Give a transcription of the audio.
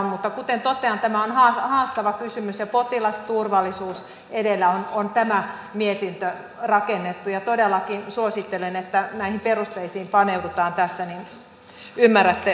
mutta kuten totean tämä on haastava kysymys ja potilasturvallisuus edellä on tämä mietintö rakennettu ja todellakin suosittelen että näihin perusteisiin paneudutaan tässä niin ymmärrätte tämän kantamme